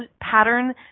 pattern